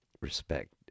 respect